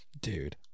Dude